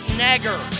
nagger